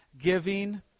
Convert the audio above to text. giving